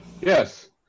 Yes